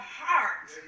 heart